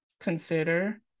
consider